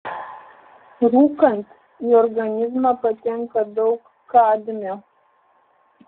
rūkant į organizmą patenka daug kadmio